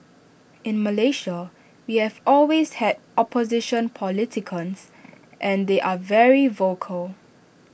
in Malaysia we have always had opposition and they are very vocal